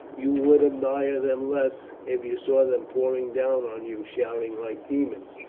you would admire them less if you saw them pouring down on you shouting like demons,